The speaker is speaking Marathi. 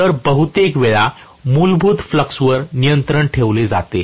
तर बहुतेक वेळा मूलभूत फ्लक्स वर नियंत्रण ठेवले जाते